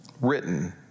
written